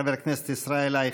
חבר הכנסת ישראל אייכלר.